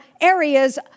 areas